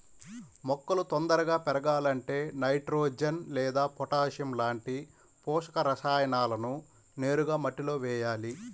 మొక్కలు తొందరగా పెరగాలంటే నైట్రోజెన్ లేదా పొటాషియం లాంటి పోషక రసాయనాలను నేరుగా మట్టిలో వెయ్యాలి